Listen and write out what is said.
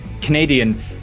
Canadian